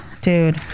Dude